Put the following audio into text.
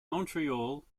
montreal